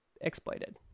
exploited